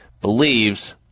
believes